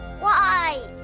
why?